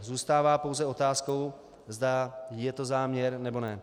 Zůstává pouze otázkou, zda je to záměr, nebo ne.